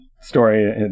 story